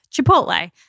Chipotle